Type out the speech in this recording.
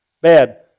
bad